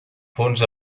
fons